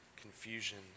confusion